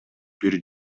бир